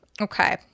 Okay